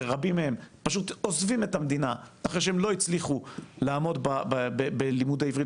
שרבים מהם עוזבים את המדינה אחרי שהם לא הצליחו לעמוד בלימודי עברית,